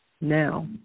Now